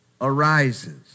arises